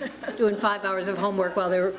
to do in five hours of homework while there were